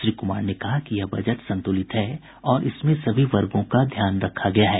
श्री कुमार ने कहा कि यह बजट संतुलित है और इसमें सभी वर्गों का ध्यान रखा गया है